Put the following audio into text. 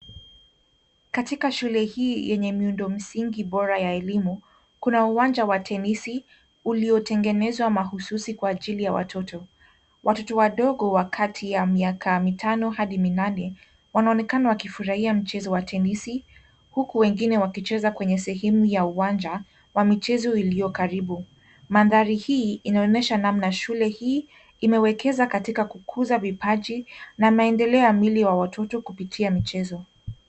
Katika shule hii yenye miundo msingi bora ya elimu. Kuna uwanja wa tenesi uliotengenezwa mahususi kwa ajili ya watoto. Watoto wadogo wakati ya miaka mitano hadi minane. Wanaonekana wakifurahia mchezo wa tenisi huku wengine wakicheza kwenye sehemu ya uwanja wa michezo iliyo karibu. Mandhari hii inaonesha namna shule hii imewekeza katika kukuza vipaji na maendeleo ya mwili wa watoto kupitia michezo.